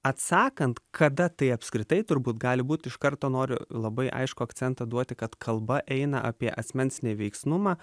atsakant kada tai apskritai turbūt gali būt iš karto noriu labai aiškų akcentą duoti kad kalba eina apie asmens neveiksnumą